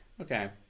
Okay